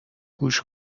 گوش